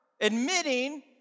Admitting